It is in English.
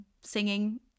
singing